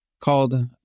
called